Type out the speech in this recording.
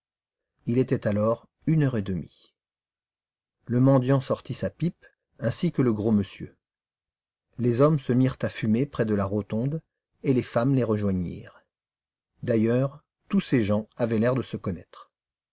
il était alors une heure et demie le mendiant sortit sa pipe ainsi que le gros monsieur les hommes se mirent à fumer près de la rotonde et les femmes les rejoignirent d'ailleurs tous ces gens avaient l'air de se connaître